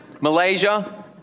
Malaysia